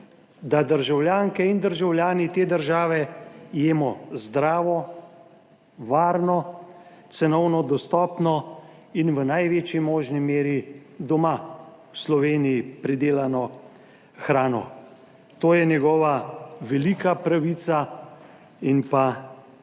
da državljanke in državljani te države jemo zdravo, varno, cenovno dostopno in v največji možni meri doma v Sloveniji pridelano hrano. To je njegova velika pravica in pa